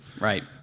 Right